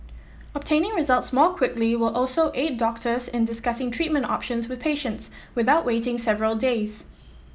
obtaining results more quickly will also aid doctors in discussing treatment options with patients without waiting several days